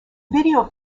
video